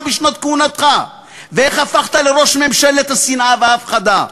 בשנות כהונתך ואיך הפכת לראש ממשלת השנאה וההפחדה.